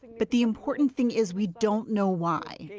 but the important thing is, we don't know why.